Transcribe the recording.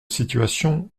situations